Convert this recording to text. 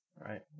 Right